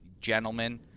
gentlemen